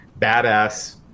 badass